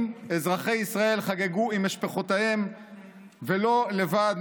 אזרחי ישראל חגגו עם משפחותיהם ולא לבד,